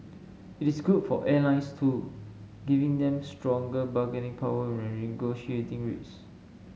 it is good for airlines too giving them stronger bargaining power when negotiating rates